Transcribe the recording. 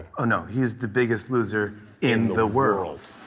oh, no, he is the biggest loser in the world.